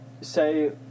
say